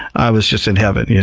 i was just in heaven. yeah